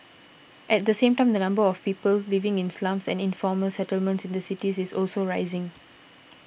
at the same time the number of people living in slums and informal settlements in cities is also rising